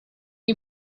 gli